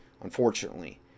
unfortunately